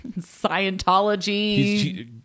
Scientology